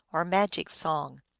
or magic song.